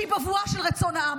שהיא בבואה של רצון העם.